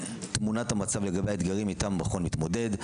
תמונת המצב לגבי האתגרים איתם המכון מתמודד.